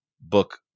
book